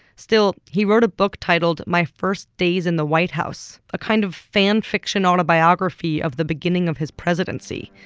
still, he wrote a book titled my first days in the white house, a kind of fan fiction autobiography of the beginning of his presidency.